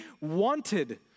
wanted